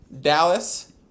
Dallas